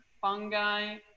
fungi